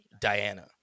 Diana